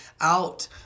out